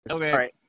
Okay